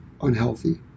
unhealthy